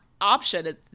option